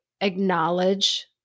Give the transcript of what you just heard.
acknowledge